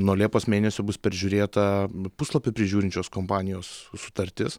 nuo liepos mėnesio bus peržiūrėta puslapį prižiūrinčios kompanijos sutartis